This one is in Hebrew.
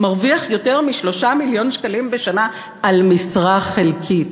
מרוויח יותר מ-3 מיליון שקלים בשנה על משרה חלקית.